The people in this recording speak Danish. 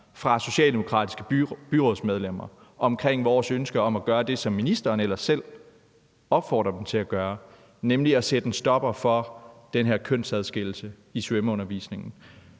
fra socialdemokratiske byrådsmedlemmer omkring vores ønske om at gøre det, som ministeren ellers selv opfordrer dem til at gøre, nemlig at sætte en stopper for den her kønsadskillelse i svømmeundervisningen.